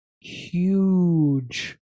huge